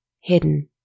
hidden